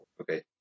Okay